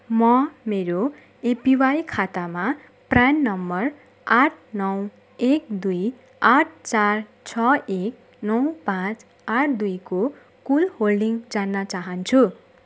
म मेरो एपिवाई खातामा प्रान नम्बर आठ नौ एक दुई आठ चार छ एक नौ पाँच आठ दुईको कुल होल्डिङ जान्न चाहन्छु